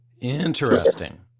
interesting